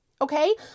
Okay